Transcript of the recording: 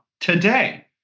today